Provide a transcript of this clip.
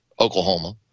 Oklahoma